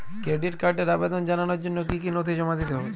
Credit কার্ডের আবেদন জানানোর জন্য কী কী নথি জমা দিতে হবে?